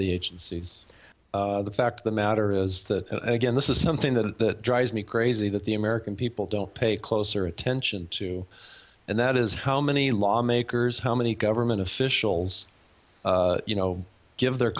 the agencies the fact of the matter is that again this is something that drives me crazy that the american people don't pay closer attention to and that is how many lawmakers how many government officials you know give their